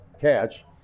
catch